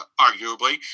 arguably